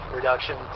reduction